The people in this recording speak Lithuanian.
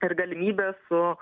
ir galimybės su